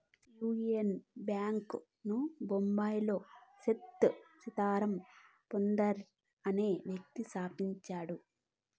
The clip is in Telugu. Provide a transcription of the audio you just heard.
యూనియన్ బ్యాంక్ ను బొంబాయిలో సేథ్ సీతారాం పోద్దార్ అనే వ్యక్తి స్థాపించాడు